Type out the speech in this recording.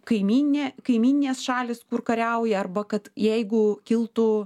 kaimynė kaimyninės šalys kur kariauja arba kad jeigu kiltų